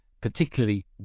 particularly